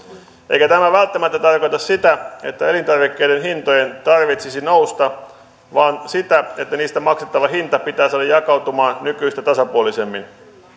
eikä tämä välttämättä tarkoita sitä että elintarvikkeiden hintojen tarvitsisi nousta vaan sitä että niistä maksettava hinta pitää saada jakautumaan nykyistä tasapuolisemmin